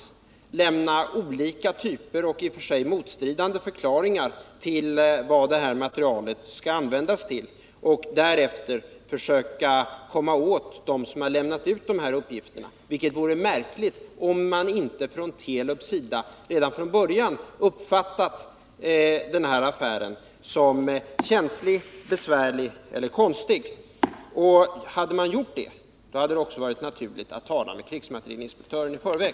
Man lämnade olika och motstridande förklaringar till vad denna materiel skall användas till. Därefter försökte man komma åt dem som lämnat ut dessa uppgifter, vilket är märkligt — om man inte från Telubs sida redan från början uppfattat denna affär som känslig, besvärlig eller konstig. Hade man gjort det, hade det också varit naturligt att tala med krigsmaterielinspektören i förväg.